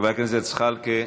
חבר הכנסת זחאלקה,